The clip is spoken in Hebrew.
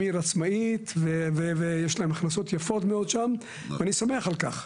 עיר עצמאית ויש להם הכנסות יפות מאוד שם ואני שמח על כך.